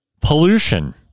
pollution